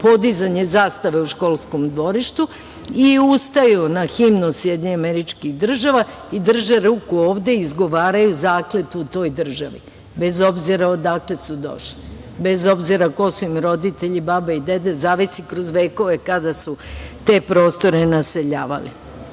podizanje zastave u školskom dvorištu i ustaju na himnu Sjedinjenih Američkih Država i drže ruku ovde i izgovaraju zakletvu toj državi, bez obzira odakle su došli, bez obzira ko su im roditelji, babe i dede, zavisi kroz vekove kada su te prostore naseljavali. Ovo